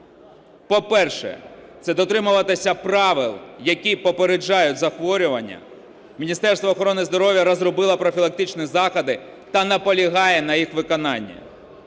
По-перше, це дотримуватися правил, які попереджають захворювання. Міністерство охорони здоров'я розробило профілактичні заходи та наполягає на їх виконанні.